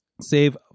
Save